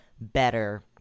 better